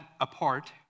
apart